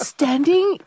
Standing